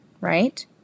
right